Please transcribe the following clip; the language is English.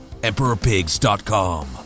EmperorPigs.com